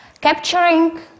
capturing